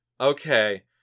Okay